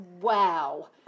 wow